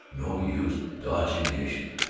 no use dodging the issue.